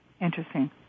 Interesting